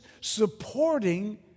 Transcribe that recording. supporting